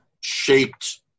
shaped